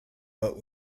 but